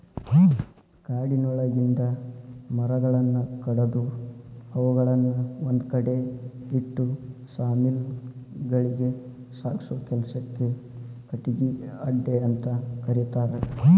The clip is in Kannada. ಕಾಡಿನೊಳಗಿಂದ ಮರಗಳನ್ನ ಕಡದು ಅವುಗಳನ್ನ ಒಂದ್ಕಡೆ ಇಟ್ಟು ಸಾ ಮಿಲ್ ಗಳಿಗೆ ಸಾಗಸೋ ಕೆಲ್ಸಕ್ಕ ಕಟಗಿ ಅಡ್ಡೆಅಂತ ಕರೇತಾರ